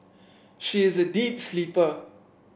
she is a deep sleeper